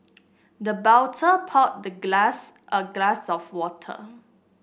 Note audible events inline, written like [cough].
the [unintelligible] poured the glass a glass of water